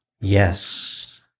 Yes